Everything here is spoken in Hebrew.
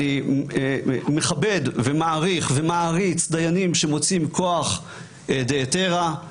אני מכבד ומעריך ומעריץ דיינים שמוצאים כוח דהיתרא,